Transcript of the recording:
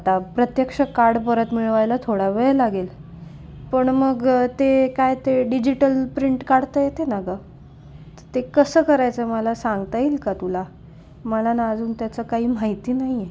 आता प्रत्यक्ष कार्ड परत मिळवायला थोडा वेळ लागेल पण मग ते काय ते डिजिटल प्रिंट काढता येते ना ग तर ते कसं करायचं मला सांगता येईल का तुला मला ना अजून त्याचं काही माहिती नाहीये